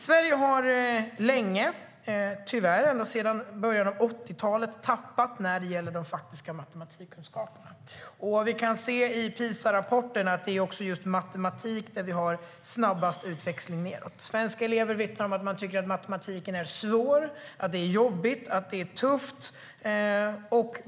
Sverige har tyvärr länge, ända sedan början av 80-talet, tappat när det gäller de faktiska matematikkunskaperna. Vi kan se i PISA-rapporten att det är just i matematik som vi har snabbast utväxling nedåt. Svenska elever vittnar om att de tycker att matematik är svårt, jobbigt och tufft.